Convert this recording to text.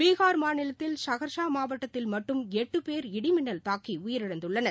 பீகார் மாநிலத்தில் சஹர்ஷா மாவட்டத்தில் மட்டும் எட்டு பேர் இடி மின்னல் தாக்கி உயிரிழந்துள்ளனர்